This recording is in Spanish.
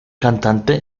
cantante